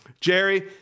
Jerry